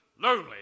lonely